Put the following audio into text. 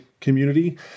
community